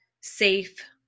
safe